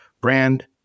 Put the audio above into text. brand